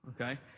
Okay